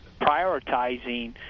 prioritizing